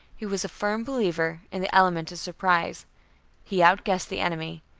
he was a firm believer in the element of surprise he outguessed the enemy.